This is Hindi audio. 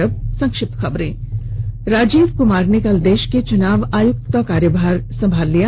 और अब संक्षिप्त खबरें राजीव कुमार ने कल देश के चुनाव आयुक्त का कार्यभार संभाल लिया